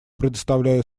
предоставляю